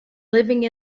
living